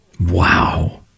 Wow